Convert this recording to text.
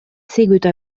seguito